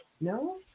No